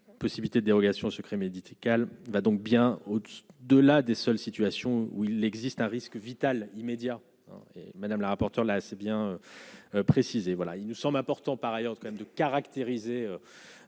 possibilité de dérogation au secret médical va donc bien au-dessus de la des seule situation où il existe un risque vital immédiat et madame la rapporteure, là c'est bien précisé, voilà, il nous sommes importants par ailleurs même de caractériser